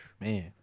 Man